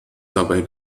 dabei